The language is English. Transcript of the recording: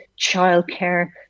childcare